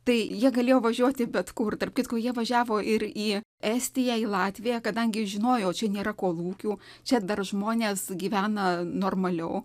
tai jie galėjo važiuoti bet kur tarp kitko jie važiavo ir į estiją į latviją kadangi žinojo čia nėra kolūkių čia dar žmonės gyvena normaliau